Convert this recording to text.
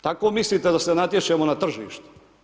Tako mislite da se natječemo na tržištu.